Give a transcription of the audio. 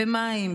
במים,